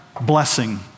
blessing